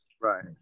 right